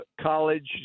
college